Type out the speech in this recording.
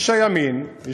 איש הימין,